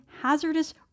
hazardous